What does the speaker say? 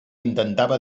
intentava